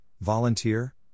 volunteer